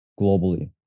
globally